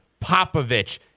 Popovich